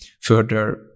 further